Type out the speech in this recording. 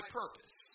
purpose